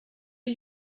did